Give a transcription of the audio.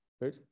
Right